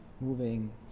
moving